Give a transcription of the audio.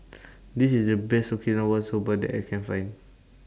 This IS The Best Okinawa Soba that I Can Find